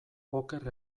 oker